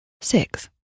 six